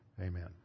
amen